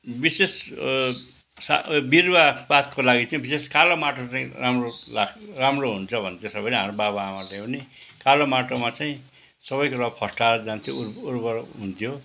विशेष सा बिरुवा पातको लागि चाहिँ विशेष कालो माटो चाहिँ राम्रो ला राम्रो हुन्छ भन्थे सबैले हाम्रा बाबाआमाले पनि कालो माटोमा चाहिँ सबै कुरो फस्टाएर जान्थ्यो उर्वर हुन्थ्यो